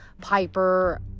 Piper